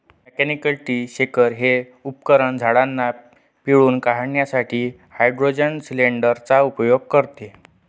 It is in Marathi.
मेकॅनिकल ट्री शेकर हे उपकरण झाडांना पिळून काढण्यासाठी हायड्रोलिक सिलेंडर चा उपयोग करते